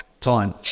time